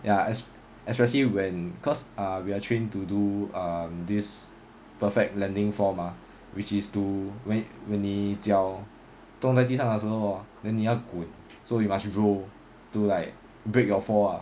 ya es~ especially when cause ah we are trained to do um this perfect lending form ah which is to wait when 你脚蹲在地上的时候啊 then 你要滚 so you must roll to like break your fall ah